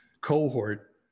cohort